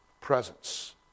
presence